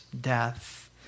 death